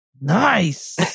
Nice